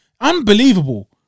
Unbelievable